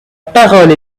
parole